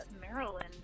Maryland